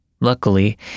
Luckily